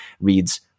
reads